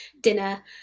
dinner